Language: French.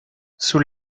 sous